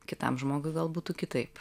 kitam žmogui gal būtų kitaip